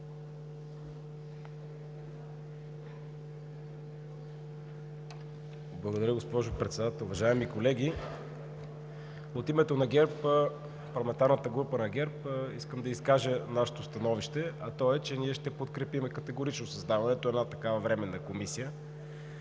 Благодаря, госпожо Председател. Уважаеми колеги, от името на парламентарната група на ГЕРБ искам да изкажа нашето становище, а то е, че ние ще подкрепим категорично създаването на една такава временна комисия.